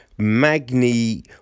Magni